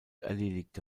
erledigte